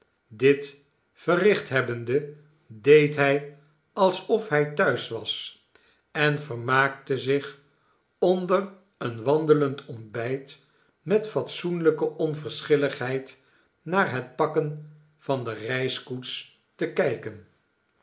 dit verricht hebbende deed hij alsof hij thuis was en vermaakte zich onder een wandelend ontbijt met fatsoenlijke onverschilligheid naar het pakken van de reiskoets te kijken